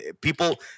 People